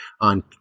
on